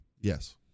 Yes